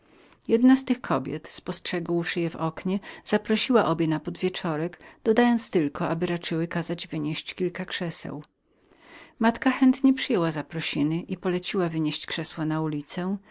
jedna z tych kobiet spostrzegłszy je w oknie i znalazłszy postać mojej siostry ujmującą zaprosiła je do podwieczorku dodając tylko aby raczyły kazać wynieść kilka krzeseł moja matka chętnie przyjęła zaprosiny kazała wynieść krzesła na ulicę